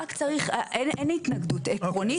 אין התנגדות עקרונית,